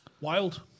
Wild